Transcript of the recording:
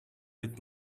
with